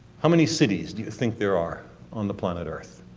how many cities do you think there are on the planet earth?